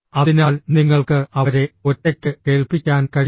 അതിനാൽ നിങ്ങൾക്ക് അവരെ ഒറ്റയ്ക്ക് കേൾപ്പിക്കാൻ കഴിയില്ല